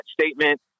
statement